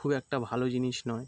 খুব একটা ভালো জিনিস নয়